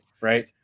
right